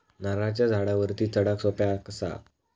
नारळाच्या झाडावरती चडाक सोप्या कसा?